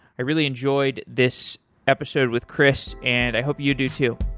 i really enjoyed this episode with chris, and i hope you do too.